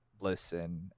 listen